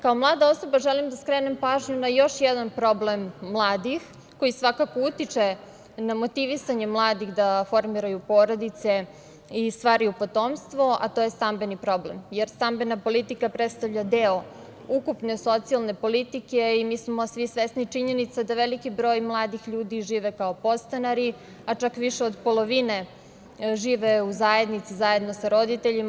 Kao mlada osoba, želim da skrenem pažnju na još jedan problem mladih koji svakako utiče na motivisanje mladih da formiraju porodice i stvaraju potomstvo, a to je stambeni problem, jer stambena politika predstavlja deo ukupne socijalne politike i mi smo svi svesni činjenice da veliki broj mladih ljudi žive kao podstanari, a čak više od polovine živi u zajednici sa roditeljima.